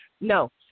No